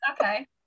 Okay